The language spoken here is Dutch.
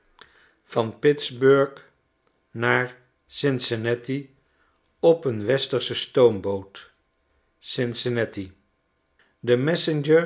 van pittsburg naar cincinnati op een westersche stoomboot cincinnati de